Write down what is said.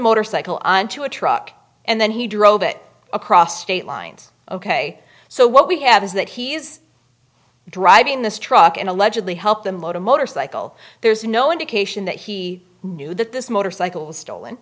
motorcycle onto a truck and then he drove it across state lines ok so what we have is that he is driving this truck and allegedly helped him load a motorcycle there's no indication that he knew that this motorcycle stolen